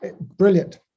Brilliant